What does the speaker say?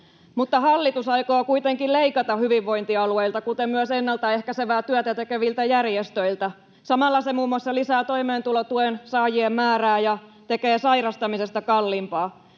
rahaa. Hallitus aikoo kuitenkin leikata hyvinvointialueilta, kuten myös ennalta ehkäisevää työtä tekeviltä järjestöiltä. Samalla se muun muassa lisää toimeentulotuen saajien määrää ja tekee sairastamisesta kalliimpaa.